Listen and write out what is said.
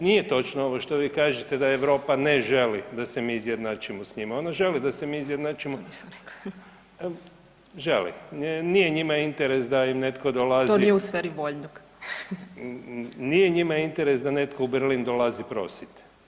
Nije točno ovo što vi kažete da Europa ne želi da se mi izjednačimo s njima, ona želi da se mi izjednačimo …… [[Upadica sa strane, ne razumije se.]] želi, nije njima interes da im netko dolazi [[Upadica Peović: To nije u sferi voljnog.]] Nije njima interes da netko u Berlin dolazi prosit.